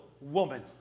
woman